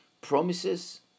Promises